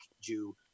Jew